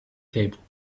table